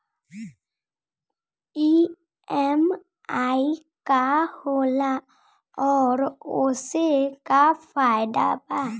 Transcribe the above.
EMI का होला और ओसे का फायदा बा?